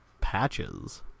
Patches